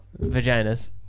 Vaginas